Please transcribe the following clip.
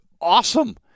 awesome